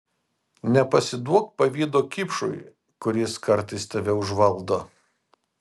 nepasiduok pavydo kipšui kuris kartais tave užvaldo